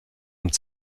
und